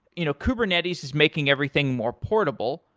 you know kubernetes is making everything more portable,